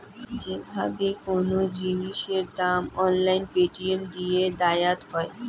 যে ভাবে কোন জিনিসের দাম অনলাইন পেটিএম দিয়ে দায়াত হই